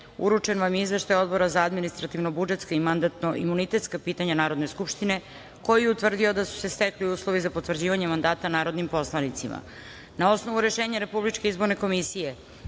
uručen vam je Izveštaj Odbora za administrativno-budžetska i mandatno-imunitetska pitanja Narodne skupštine koji je utvrdio da su se stekli uslovi za potvrđivanje mandata narodnim poslanicima. Na osnovu rešenja Republičke izborne komisije